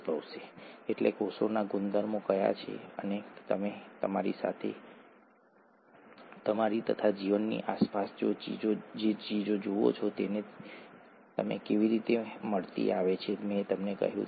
DNA એ મોનોમરનો polymer છે જેને ન્યુક્લિઓટાઇડ કહેવામાં આવે છે ડીઓક્સીરીબોન્યુક્લીક એસિડ પરંતુ ચાલો આપણે તેને અહીં ન્યુક્લિઓટાઇડ કહીએ